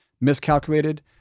miscalculated